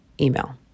Email